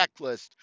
checklist